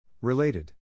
Related